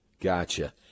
Gotcha